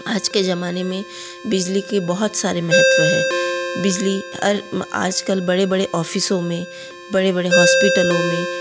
आज के ज़माने में बिजली का बहुत सारा महत्व है बिजली हर आजकल बड़े बड़े ऑफ़िसों में बड़े बड़े हॉस्पिटलों में